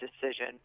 decision